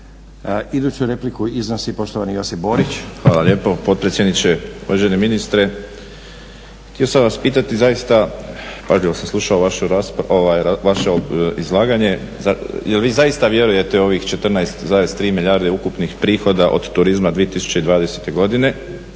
Iduću repliku iznosi poštovani Josip Borić. **Borić, Josip (HDZ)** Hvala lijepo potpredsjedniče. Uvaženi ministre, htio sam vas pitati zaista sam pažljivo slušao vaše izlaganje, jel vi zaista vjerujete u ovih 14,3 milijarde ukupnih prihoda od turizma 2020.godine?